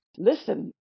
listen